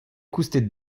koustet